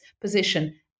position